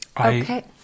Okay